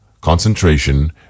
concentration